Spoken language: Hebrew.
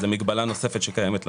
זו מגבלה נוספת שקיימת לנו.